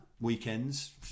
weekends